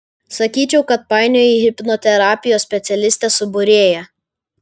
sakyčiau kad painioji hipnoterapijos specialistę su būrėja